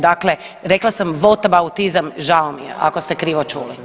Dakle, rekla sam votabautizam, žao mi je ako ste krivo čuli.